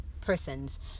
persons